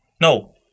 No